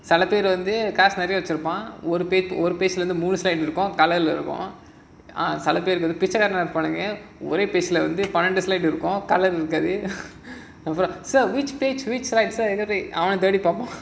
சில பேரு வந்து காசு நிறைய வச்சிருப்பான் ஒரு:sila peru vandhu kaasu niraiya vachiruppaan oru colour leh இருக்கும் சில பேரு வந்து பிச்சகாரனா இருப்பாங்க ஒரே பன்னிரெண்டு பேசுவாங்க:irukkum sila peru vandhu pichakaranaa iruppaanga orae panirendu pesuvanga colour leh இருக்காது அவனே தேடி பார்ப்பான்:irukkaathu avanae thedi paarppaan